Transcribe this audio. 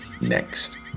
next